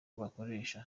bakoresha